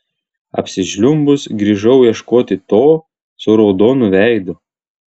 apsižliumbus grįžau ieškoti to su raudonu veidu